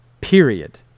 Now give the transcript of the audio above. period